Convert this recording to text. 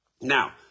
Now